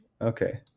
Okay